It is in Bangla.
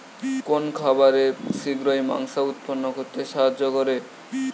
কোন খাবারে শিঘ্র মাংস উৎপন্ন করতে সাহায্য করে?